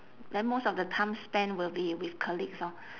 then most of the time spent will be with colleagues orh